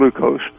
glucose